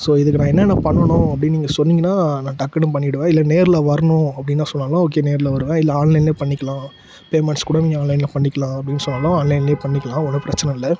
so இதுக்கு நான் என்னென்ன பண்ணணும் அப்படின்னு நீங்கள் சொன்னிங்கனா நான் டக்குனு பண்ணிடுவேன் இல்லை நேரில் வரணும் அப்டின்னு சொன்னாலும் ஓகே நேரில் வருவேன் இல்லை ஆன்லைன்லேயே பண்ணிக்கலாம் பேமண்ட்ஸ் கூட நீங்கள் ஆன்லைனில் பண்ணிக்கலாம் அப்டின்னு சொன்னாலும் ஆன்லைன்லேயே பண்ணிக்கலாம் ஒன்றும் பிரச்சனை இல்லை